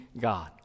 God